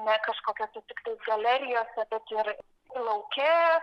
ne kažkokiose tiktais galerijose bet ir lauke